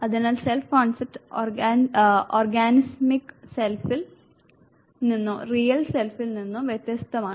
അതിനാൽ self concept organismic സെൽഫിൽ നിന്നോ റിയൽ സെൽഫിൽ നിന്നോ വ്യത്യസ്തമാണ്